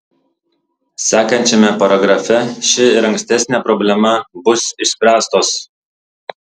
sekančiame paragrafe ši ir ankstesnė problema bus išspręstos